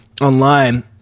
online